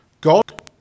God